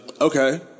okay